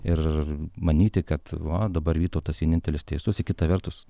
ir manyti kad va dabar vytautas vienintelis teisus ir kita vertus